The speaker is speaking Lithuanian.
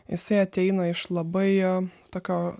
jisai ateina iš labai tokio